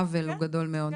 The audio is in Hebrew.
העוול הוא גדול מאוד.